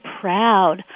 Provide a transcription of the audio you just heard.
proud